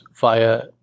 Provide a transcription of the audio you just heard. via